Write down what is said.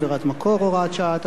עבירת מקור) (הוראת שעה),